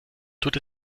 tut